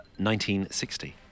1960